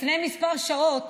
לפני כמה שעות